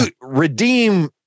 redeem